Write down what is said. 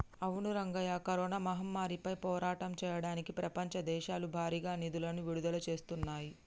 అవును రంగయ్య కరోనా మహమ్మారిపై పోరాటం చేయడానికి ప్రపంచ దేశాలు భారీగా నిధులను విడుదల చేస్తున్నాయి